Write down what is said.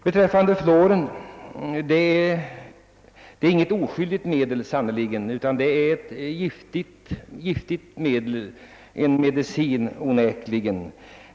Här gäller det en viss medicinering, tvångsvis. Fluor är sannerligen inget oskyldigt medel, utan en medicin — ett gift.